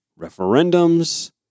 referendums